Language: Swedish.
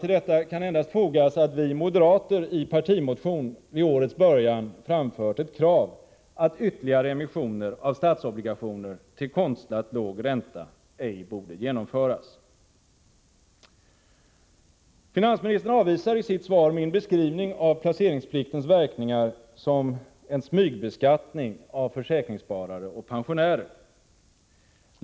Till detta kan endast fogas att vi moderater i en partimotion vid årets början har framfört ett krav på att ytterligare emissioner av statsobligationer till konstlat låg ränta ej borde genomföras. Finansministern avvisar i sitt svar min beskrivning av placeringspliktens verkningar som en smygbeskattning av försäkringssparare och pensionärer.